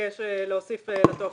שמבקש להוסיף לטופס.